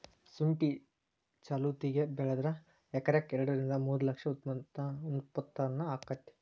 ಸುಂಠಿ ಚಲೋತಗೆ ಬೆಳದ್ರ ಎಕರೆಕ ಎರಡ ರಿಂದ ಮೂರ ಲಕ್ಷ ಉತ್ಪನ್ನ ಅಕೈತಿ